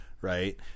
Right